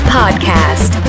podcast